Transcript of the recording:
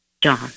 John